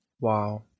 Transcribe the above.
Wow